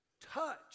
Touch